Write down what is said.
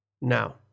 Now